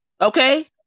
Okay